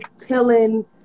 killing